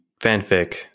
fanfic